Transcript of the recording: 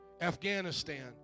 Afghanistan